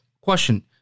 question